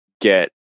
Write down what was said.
get